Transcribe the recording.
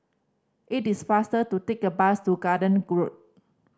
it is faster to take a bus to Garden Groad